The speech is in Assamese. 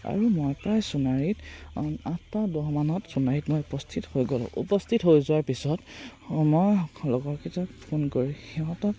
আৰু মই প্ৰায় সোনাৰীত আঠটা দহমানত সোনাৰীত মই উপস্থিত হৈ গ'লোঁ উপস্থিত হৈ যোৱাৰ পিছত মই লগৰকেইটাক ফোন কৰি সিহঁতক